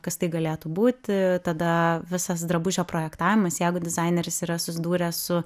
kas tai galėtų būti tada visas drabužio projektavimas jeigu dizaineris yra susidūręs su